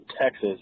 Texas